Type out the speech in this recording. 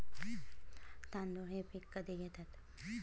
तांदूळ हे पीक कधी घेतात?